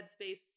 headspace